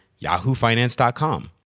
yahoofinance.com